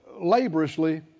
laboriously